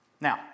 Now